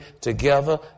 together